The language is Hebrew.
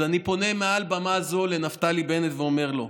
אז אני פונה לנפתלי בנט ואומר לו: